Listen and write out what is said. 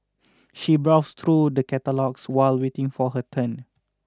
she browsed through the catalogues while waiting for her turn